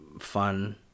fun